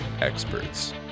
experts